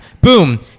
Boom